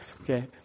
okay